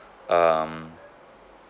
um